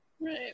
Right